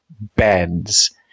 beds